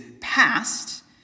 past